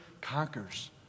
conquers